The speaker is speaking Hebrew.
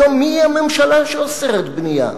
היום, מי הממשלה שאוסרת בנייה?